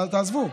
תעזבו.